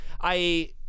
I-